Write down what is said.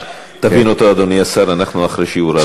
תבין אותו, אדוני השר, אנחנו אחרי שיעור ערבית.